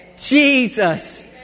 Jesus